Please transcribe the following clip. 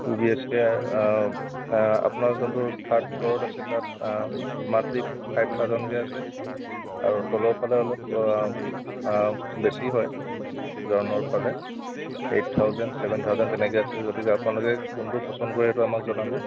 two B H K আপোনাৰ যোনটো third ফ্ল'ৰত আছে তাত মান্থলী ফাইভ থাউজেনকৈ আছে আৰু তলৰ ফালে অলপ বেছি হয় তলৰ ফালে এইট থাউজেন চেভেন থাউজেন তেনেকৈ আছে গতিকে আপোনালোকে কোনটো পচণ্ড কৰে সেইটো আমাক জনাব